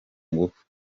ngufu